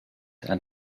and